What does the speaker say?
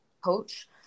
coach